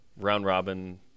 round-robin